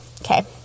okay